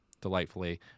delightfully